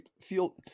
feel